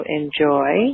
enjoy